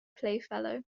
playfellow